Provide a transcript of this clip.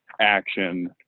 action